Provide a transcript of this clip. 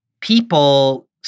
people